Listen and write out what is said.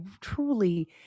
truly